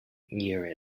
year